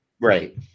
Right